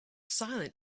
silent